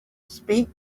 speak